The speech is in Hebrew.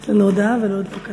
חבר הכנסת נחמן שי, בבקשה.